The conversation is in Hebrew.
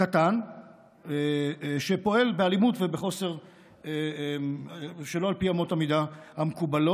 קטן שפועל באלימות ושלא על פי אמות המידה המקובלות,